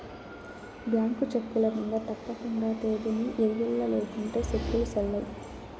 bank చెక్కుల మింద తప్పకండా తేదీని ఎయ్యల్ల లేకుంటే సెక్కులు సెల్లవ్